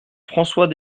françois